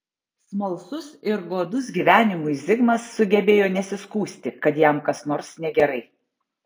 smalsus ir godus gyvenimui zigmas sugebėjo nesiskųsti kad jam kas nors negerai